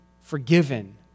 forgiven